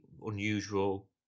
unusual